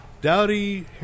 dowdy